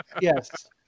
Yes